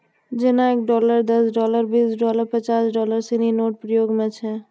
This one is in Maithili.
जेना एक डॉलर दस डॉलर बीस डॉलर पचास डॉलर सिनी नोट प्रयोग म छै